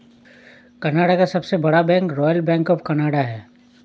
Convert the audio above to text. Canada का सबसे बड़ा bank Royal Bank of Canada है